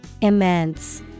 Immense